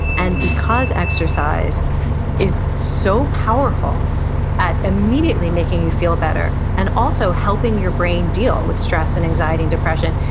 and because exercise is so powerful at immediately making you feel better, and also helping your brain deal with stress and anxiety and depression,